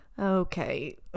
Okay